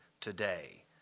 today